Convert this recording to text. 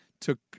took